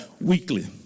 weekly